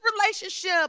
relationship